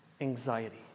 anxiety